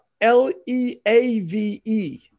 L-E-A-V-E